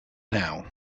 now